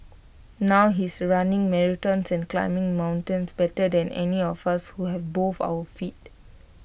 now he's running marathons and climbing mountains better than any of us who have both our feet